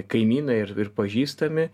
kaimynai ir ir pažįstami